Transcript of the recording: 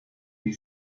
des